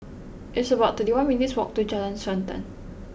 it's about thirty one minutes' walk to Jalan Srantan